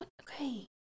okay